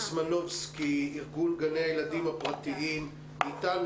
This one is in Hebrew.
ארגון גני הילדים הפרטיים בישראל משתייכים